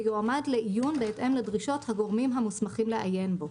ויועמד לעיון בהתאם לדרישות הגורמים המוסמכים לעיין בו.